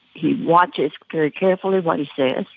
he watches very carefully what he says.